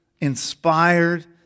inspired